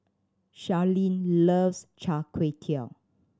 Sharyn loves Char Kway Teow